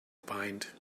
opined